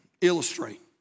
Illustrate